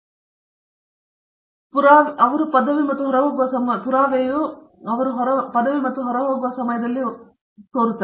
ರವೀಂದ್ರ ಗೆಟ್ಟು ಪುಡಿಂಗ್ ಪುರಾವೆಯು ಅವರು ಪದವಿ ಮತ್ತು ಹೊರಹೋಗುವ ಸಮಯದಲ್ಲಿ ಹೊಂದಿದೆ